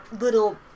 little